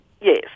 Yes